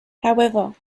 however